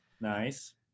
nice